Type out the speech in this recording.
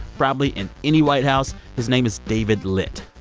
probably in any white house. his name is david litt.